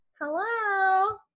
hello